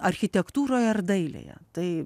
architektūroje ir dailėje tai